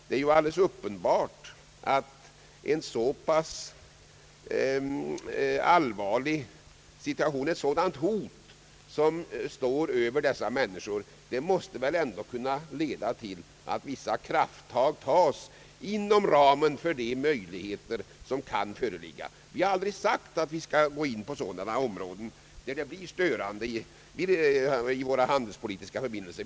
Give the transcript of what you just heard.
Det är alldeles uppenbart att ett allvarligt hot hänger över dessa människor. Det måste väl ändå leda till att vissa krafttag tas inom ramen för de möjligheter som kan föreligga. Vi har aldrig sagt att vi skall gå in på sådana områden, där det blir ett störande insrepp i våra handelspolitiska förbindelser.